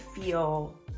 feel